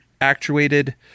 actuated